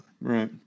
Right